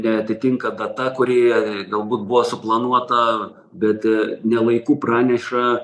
neatitinka data kuri galbūt buvo suplanuota bet ne laiku praneša